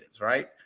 right